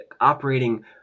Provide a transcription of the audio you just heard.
operating